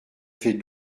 fait